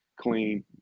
clean